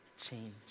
change